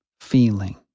feeling